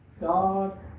God